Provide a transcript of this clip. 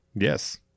Yes